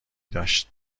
داشت